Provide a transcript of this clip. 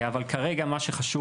70 מיליארד שקל